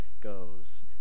goes